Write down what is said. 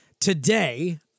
Today